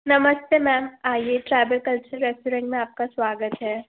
आइए मैम आइए रेस्टोरेंट में आपका स्वागत है